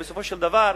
ובסופו של דבר,